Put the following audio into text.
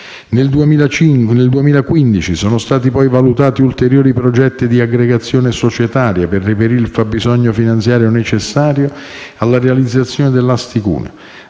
appalti. Nel 2015 sono stati poi valutati ulteriori progetti di aggregazione societaria per reperire il fabbisogno finanziario necessario alla realizzazione dell'Asti-Cuneo.